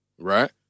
Right